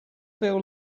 feel